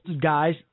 guys